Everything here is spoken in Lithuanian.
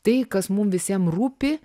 tai kas mum visiem rūpi